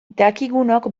dakigunok